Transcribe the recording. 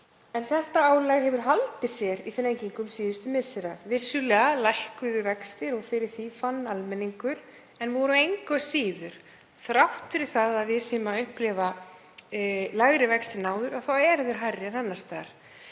en þetta álag hefur haldið sér í þrengingum síðustu missera. Vissulega lækkuðu vextir og fyrir því fann almenningur en engu að síður, þrátt fyrir að við séum að upplifa lægri vexti en áður, eru þeir hærri en annars staðar.